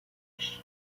bach